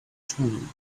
time